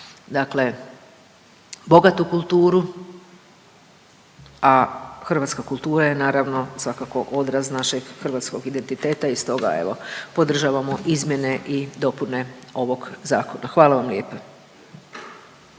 dakle bogatu kulturu, a hrvatska kultura je naravno svakako odraz našeg hrvatskog identiteta i stoga evo podržavamo izmjene i dopune ovoga zakona. Hvala vam lijepa.